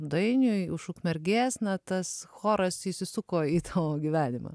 dainiui už ukmergės na tas choras įsisuko į tavo gyvenimą